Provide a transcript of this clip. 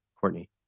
Courtney